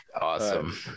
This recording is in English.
Awesome